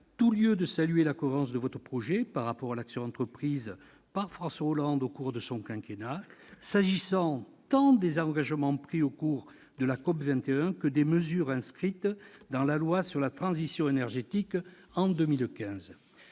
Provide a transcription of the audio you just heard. tout lieu de saluer la cohérence de votre projet par rapport à l'action entreprise par François Hollande au cours son quinquennat, s'agissant tant des engagements pris au cours de la COP21 que des mesures inscrites en 2015 dans la loi relative à la transition énergétique.